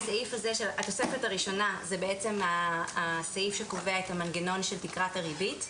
התוספת הראשונה זה הסעיף שקובע את המנגנון של תקרת הריבית.